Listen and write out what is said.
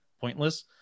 pointless